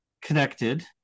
connected